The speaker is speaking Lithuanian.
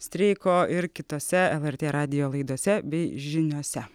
streiko ir kitose lrt radijo laidose bei žiniose